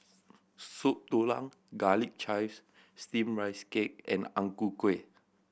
Soup Tulang Garlic Chives Steamed Rice Cake and Ang Ku Kueh